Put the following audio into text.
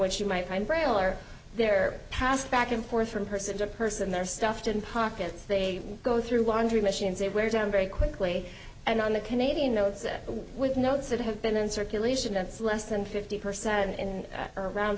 which you might find braille are there passed back and forth from person to person there stuffed in pockets they go through laundry machines it wears down very quickly and on the canadian notes with notes that have been in circulation that's less than fifty percent and around